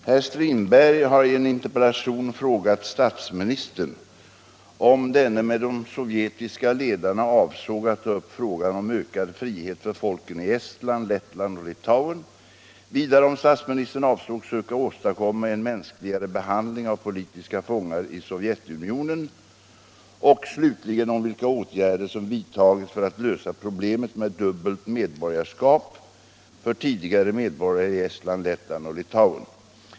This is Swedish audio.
Herr Strindberg har i en interpellation frågat statsministern om denne med de sovjetiska ledarna avsåg att ta upp frågan om ökad frihet för folken i Estland, Lettland och Litauen, vidare om statsministern avsåg att söka åstadkomma en mänskligare behandling av politiska fångar i Sovjetunionen och slutligen om vilka åtgärder som vidtages för att lösa problemet med dubbelt medborgarskap för tidigare medborgare i Estland, Lettland och Litauen.